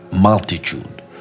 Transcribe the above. multitude